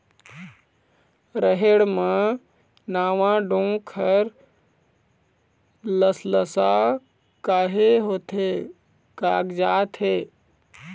रहेड़ म नावा डोंक हर लसलसा काहे होथे कागजात हे?